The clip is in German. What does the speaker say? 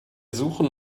suchen